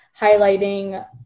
highlighting